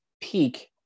peak